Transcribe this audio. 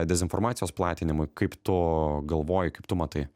dezinformacijos platinimui kaip tu galvoji kaip tu matai